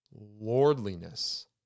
lordliness